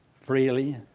freely